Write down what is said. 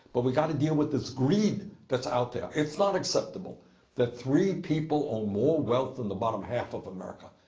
but we got to deal with this greed that's out there. it's not acceptable that three people own more wealth than the bottom half of america.